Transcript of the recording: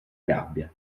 gabbia